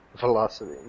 Velocity